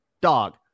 dog